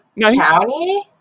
County